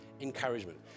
encouragement